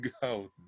go